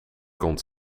komt